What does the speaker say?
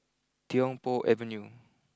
Tiong Poh Avenue